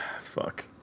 fuck